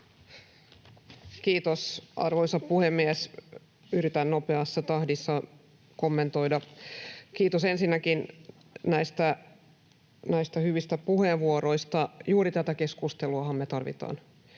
Kiitos, arvoisa puhemies! Yritän nopeassa tahdissa kommentoida. Kiitos ensinnäkin näistä hyvistä puheenvuoroista. Juuri tätä keskusteluahan me tarvitaan.